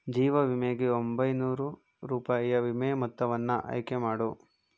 ಜೀವ ವಿಮೆಗೆ ಒಂಬೈನೂರು ರೂಪಾಯಿಯ ವಿಮೆ ಮೊತ್ತವನ್ನು ಆಯ್ಕೆ ಮಾಡು